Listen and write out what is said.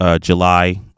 July